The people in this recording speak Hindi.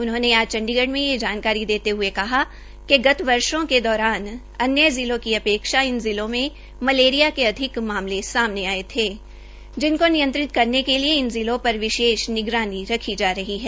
उन्होंने आज चंडीगढ़ में यह जानकारी दते हये कहा कि गत वर्षो के दौरान अन्य जिलों की अपेक्षा इन जिलों में मलेरिया के अधिक मामले सामने आए थे जिनको नियंत्रित करने के लिए इन जिलों पर विशेष निगरानी रखी जा रही हैं